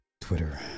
Twitter